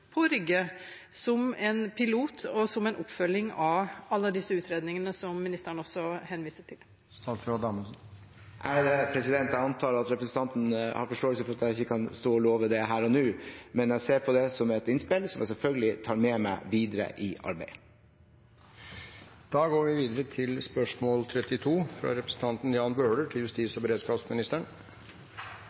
som en pilot og som en oppfølging av alle disse utredningene som ministeren henviser til? Jeg antar at representanten har forståelse for at jeg ikke kan stå og love det her og nå, men jeg ser på det som et innspill som jeg selvfølgelig tar med meg videre i arbeidet. Jeg tillater meg å stille følgende spørsmål til justis- og beredskapsministeren: «Når politiet i Oslo og